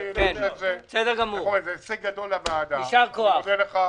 בסדר גמור, יישר כוח.